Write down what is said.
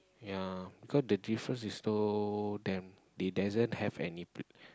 ya because the difference is so damn they doesn't have any p~